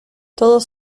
todos